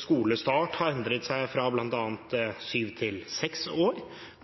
skolestart har endret seg fra syv år til seks år.